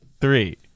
three